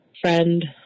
friend